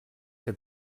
que